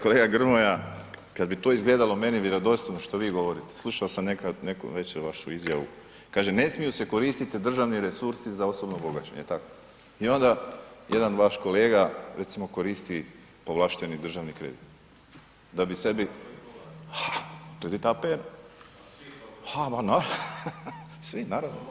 Kolega Grmoja, kad bi to izgledalo meni vjerodostojno što vi govorite, slušao sam neku večer vašu izjavu, kaže ne smiju koristiti državni resursi za osobno bogaćenje, jel tako, i onda jedan vaš kolega recimo koristi povlašteni državni kredit da bi sebi ... [[Upadica sa strane, ne razumije se.]] Svi, naravno.